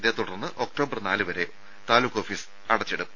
ഇതേ തുടർന്ന് ഒക്ടോബർ നാലുവരെ താലൂക്ക് ഓഫീസ് അടച്ചിടും